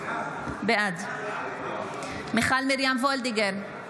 בעד מיכל מרים וולדיגר,